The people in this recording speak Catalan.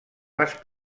les